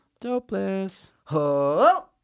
Dopeless